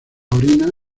orina